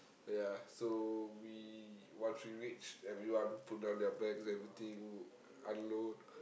ya so we once we reach everyone put down their bags everything unload